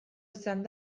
izan